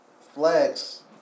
flex